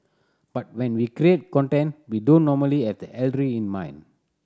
but when we create content we don't normally have the elderly in mind